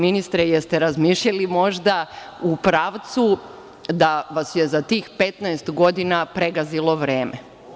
Ministre, da li ste razmišljali možda u pravcu da vas je za tih 15 godina pregazilo vreme?